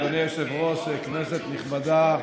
אדוני היושב-ראש, כנסת נכבדה,